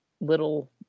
little